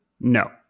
No